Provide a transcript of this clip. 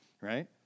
right